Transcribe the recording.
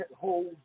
hold